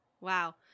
Wow